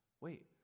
wait